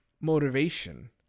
motivation